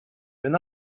when